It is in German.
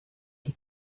die